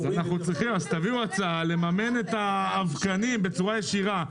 תביאו הצעה לממן את האבקנים בצורה ישירה.